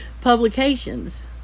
publications